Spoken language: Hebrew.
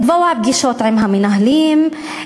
לקבוע פגישות עם המנהלים,